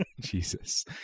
Jesus